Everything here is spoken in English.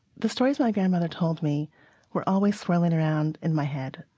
the stories my grandmother told me were always swirling around in my head.